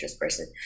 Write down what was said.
person